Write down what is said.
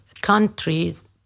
countries